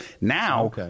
Now